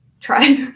tried